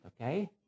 Okay